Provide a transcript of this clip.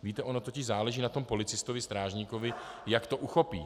Víte, ono totiž záleží na tom policistovi, strážníkovi, jak to uchopí.